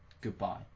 goodbye